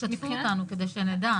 תשתפו אותנו כדי שנדע.